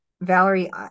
Valerie